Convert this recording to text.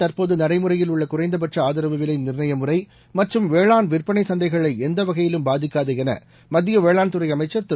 தற்போது நடைமுறையில் உள்ள குறைந்தபட்ச ஆதரவு விலை நிர்ணய முறை மற்றும் வேளாண் விற்பனை சந்தைகளை எந்தவகையிலும் பாதிக்காது என மத்திய வேளாண் துறை அமைச்சர் திரு